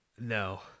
no